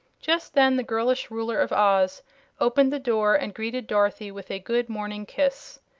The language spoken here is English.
just then the girlish ruler of oz opened the door and greeted dorothy with a good-morning kiss.